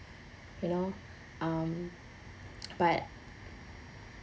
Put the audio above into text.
you know um but